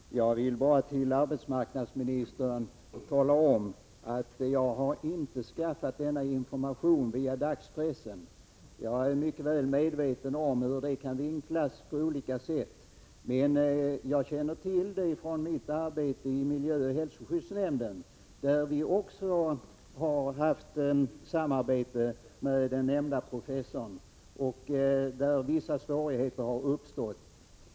Herr talman! Jag vill bara tala om för arbetsmarknadsministern att jag inte har skaffat denna information via dagspressen. Och jag är mycket väl medveten om hur saker kan vinklas på olika sätt. Jag känner till uppgifterna från mitt arbete i miljöoch hälsoskyddsnämnden. Där har vi också samarbetat med den nämnde professorn, och vissa svårigheter har uppstått.